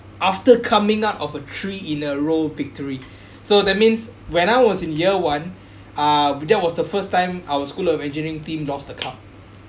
after coming out of a three in a row victory so that means when I was in year one uh that was the first time our school of engineering team lost the cup